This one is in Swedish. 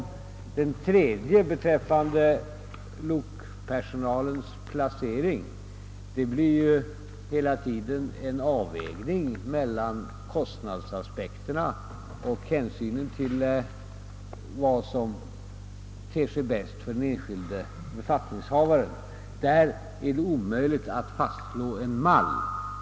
Beträffande den tredje, som gäller lokpersonalens placering, måste det göras en avvägning mellan kostnadsaspekterna och hänsynen till vad som kan vara bäst för den enskilde befattningshavaren, och då är det omöjligt att fastslå en mall.